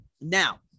Now